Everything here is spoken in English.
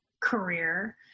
career